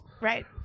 Right